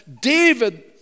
David